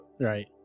right